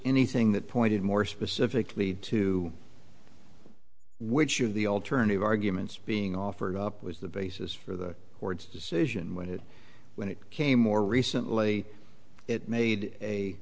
anything that pointed more specifically to which of the alternative arguments being offered up was the basis for the board's decision when it when it came more recently it made a